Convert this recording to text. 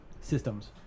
systems